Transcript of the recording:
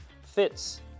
fits